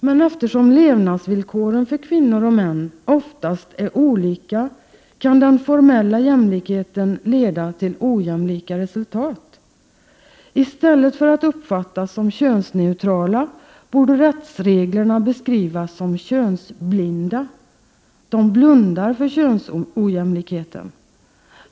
Men eftersom levnadsvillkoren för kvinnor och män oftast är olika kan den formella jämlikheten leda till ojämlika resultat. I stället för att uppfattas som könsneutrala borde rättsreglerna beskrivas som könsblinda. De ”blundar” för könsojämlikheten.